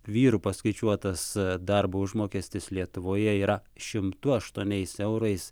vyrų paskaičiuotas darbo užmokestis lietuvoje yra šimtu aštuoniais eurais